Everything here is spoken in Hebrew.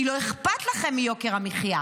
כי לא אכפת לכם מיוקר המחיה.